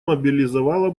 мобилизовала